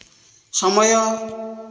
ସମୟ